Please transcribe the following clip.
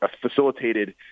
facilitated